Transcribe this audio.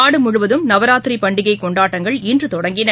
நாடுமுழுவதும் நவராத்திரிபண்டிகைகொண்டாட்டங்கள் இன்றுதொடங்கின